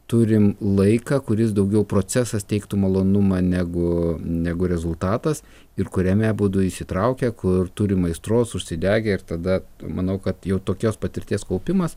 turim laiką kuris daugiau procesas teiktų malonumą negu negu rezultatas ir kuriame abudu įsitraukę kur turim aistros užsidegę ir tada manau kad jau tokios patirties kaupimas